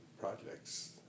projects